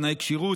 תנאי כשירות,